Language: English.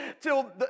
till